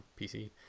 PC